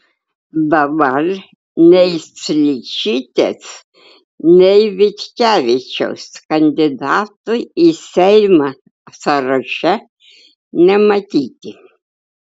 dabar nei sličytės nei vitkevičiaus kandidatų į seimą sąraše nematyti